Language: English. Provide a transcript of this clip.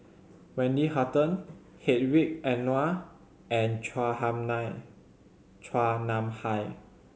Wendy Hutton Hedwig Anuar and Chua Hai Nam Chua Nam Hai